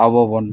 ᱟᱵᱚᱵᱚᱱ